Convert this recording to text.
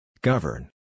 govern